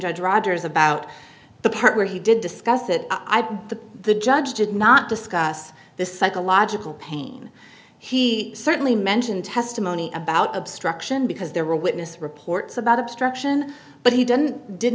judge rogers about the part where he did discuss it i'm the the judge did not discuss the psychological pain he certainly mentioned testimony about obstruction because there were witness reports about obstruction but he didn't did